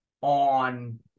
on